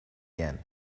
yen